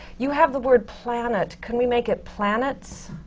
you have the word planet. can we make it planets?